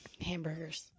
hamburgers